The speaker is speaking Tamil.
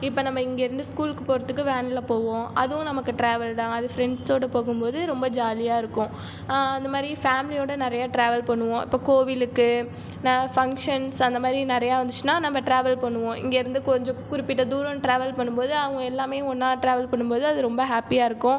இப்போ நம்ம இங்கேருந்து ஸ்கூலுக்கு போகிறதுக்கு வேனில் போவோம் அதுவும் நமக்கு ட்ராவல் தான் அது ஃப்ரெண்ட்ஸ்சோட போகும் போது ரொம்ப ஜாலியாக இருக்கும் அந்தமாதிரி ஃபேமிலியோடய நிறைய ட்ராவல் பண்ணுவோம் இப்போ கோவிலுக்கு ஃபங்க்ஷன்ஸ் அந்தமாதிரி நிறைய வந்துச்சுன்னா நம்ம ட்ராவல் பண்ணுவோம் இங்கேருந்து கொஞ்ச குறிப்பிட்ட தூரம் ட்ராவல் பண்ணும் போது அவங்க எல்லாமே ஒன்றா ட்ராவல் பண்ணும் போது அது ரொம்ப ஹாப்பியாக இருக்கும்